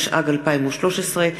התשע"ג 2013,